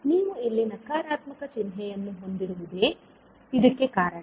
ಆದ್ದರಿಂದ ನೀವು ಇಲ್ಲಿ ನಕಾರಾತ್ಮಕ ಚಿಹ್ನೆಯನ್ನು ಹೊಂದಿರುವುದೇ ಇದಕ್ಕೆ ಕಾರಣ